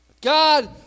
God